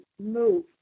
move